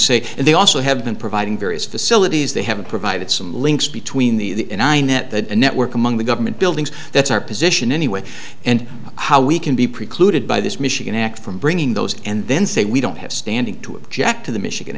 say and they also have been providing various facilities they have provided some links between the nine that the network among the government buildings that's our position anyway and how we can be precluded by this michigan act from bringing those and then say we don't have standing to object to the michigan